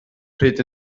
pryd